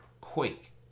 quake